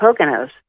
Poconos